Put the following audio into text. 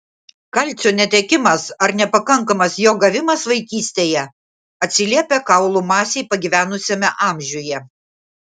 kalcio netekimas ar nepakankamas jo gavimas vaikystėje atsiliepia kaulų masei pagyvenusiame amžiuje